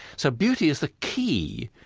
so beauty is the key